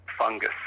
fungus